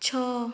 ଛଅ